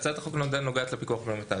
--- הצעת החוק נוגעת לפיקוח פרלמנטרי.